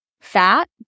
fat